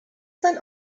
sein